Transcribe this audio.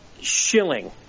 shilling